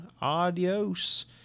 Adios